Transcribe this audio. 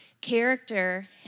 character